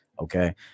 Okay